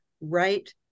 right